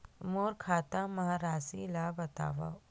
मोर खाता म राशि ल बताओ?